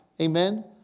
Amen